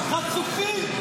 חצופים.